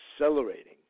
accelerating